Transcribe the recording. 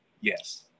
Yes